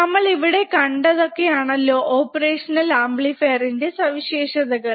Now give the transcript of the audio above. നമ്മൾ ഇവിടെ കണ്ടതൊക്കെയാണല്ലേ ഓപ്പറേഷണൽ അമ്പ്ലിഫീർ ന്റെ സവിശേഷതകൾ